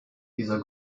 dieser